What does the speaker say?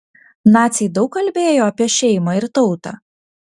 naciai daug kalbėjo apie šeimą ir tautą